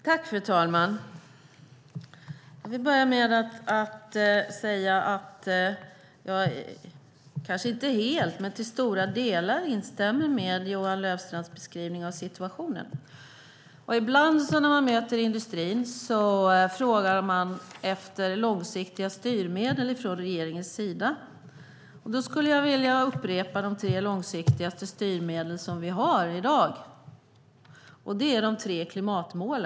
Fru talman! Jag instämmer kanske inte helt men till stora delar i Johan Löfstrands beskrivning av situationen. Ibland när jag möter industrin frågar den efter långsiktiga styrmedel från regeringens sida. Låt mig upprepa de tre mest långsiktiga styrmedel vi har i dag som också är tre klimatmål.